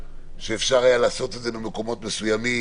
שאפשר היה לעשות את זה במקומות מסוימים,